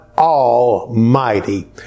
Almighty